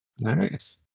nice